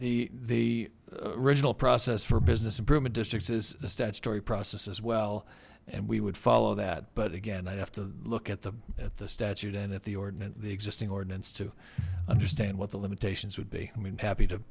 the the original process for business improvement districts is a statutory process as well and we would follow that but again i'd have to look at the at the statute and at the ordinate the existing ordinance to understand what the limitations would be i'm happy to